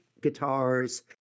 guitars